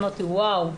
אמרתי: וואו,